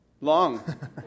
Long